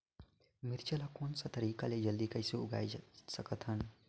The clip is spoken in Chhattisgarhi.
मिरचा ला कोन सा तरीका ले जल्दी कइसे उगाय सकथन?